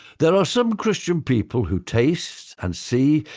there are some christian people who taste and see,